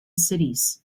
cities